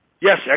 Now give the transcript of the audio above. yes